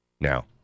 now